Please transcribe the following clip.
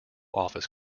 office